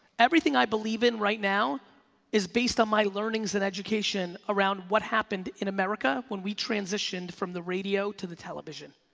everything i believe in right now is based on my learnings in education around what happened in america when we transitioned from the radio the television.